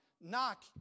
Knock